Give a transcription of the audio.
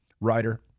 writer